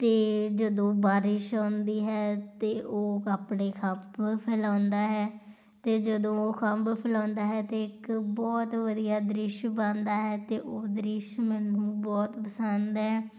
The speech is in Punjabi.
ਅਤੇ ਜਦੋਂ ਬਾਰਿਸ਼ ਆਉਂਦੀ ਹੈ ਤਾਂ ਉਹ ਆਪਣੇ ਖੰਭ ਫੈਲਾਉਂਦਾ ਹੈ ਅਤੇ ਜਦੋਂ ਉਹ ਖੰਭ ਫੈਲਾਉਂਦਾ ਹੈ ਤਾਂ ਇੱਕ ਬਹੁਤ ਵਧੀਆ ਦ੍ਰਿਸ਼ ਬਣਦਾ ਹੈ ਅਤੇ ਉਹ ਦ੍ਰਿਸ਼ ਮੈਨੂੰ ਬਹੁਤ ਪਸੰਦ ਹੈ